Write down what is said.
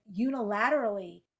unilaterally